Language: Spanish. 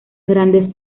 grande